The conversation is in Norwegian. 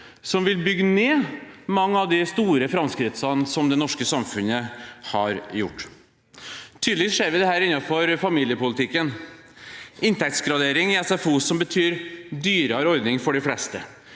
som vil bygge ned mange av de store framskrittene som det norske samfunnet har gjort. Tydelig ser vi dette innenfor familiepolitikken – inntektsgradering i SFO, som betyr dyrere ordning for de fleste,